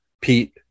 Pete